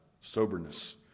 soberness